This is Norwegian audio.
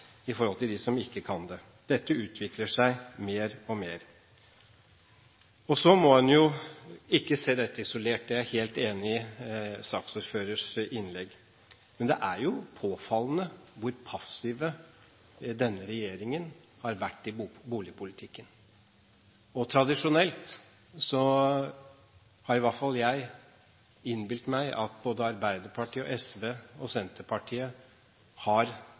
i forhold til dem som ikke har det. Dette utvikler seg mer og mer. Så må en ikke se dette isolert – der er jeg helt enig i saksordførerens innlegg – men det er jo påfallende hvor passiv denne regjeringen har vært i boligpolitikken. Tradisjonelt har i hvert fall jeg innbilt meg at både Arbeiderpartiet og SV og Senterpartiet har